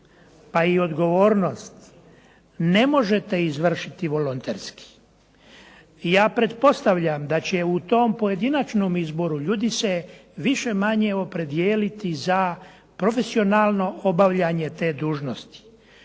pa i odgovornost ne možete izvršiti volonterski. Ja pretpostavljam da će u tom pojedinačnom izboru ljudi se više-manje opredijeliti za profesionalno obavljanje te dužnosti.